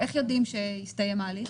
איך יודעים שהסתיים ההליך